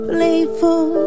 Playful